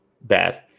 bad